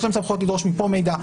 יש להם סמכויות לדרוש מכאן מידע,